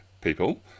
people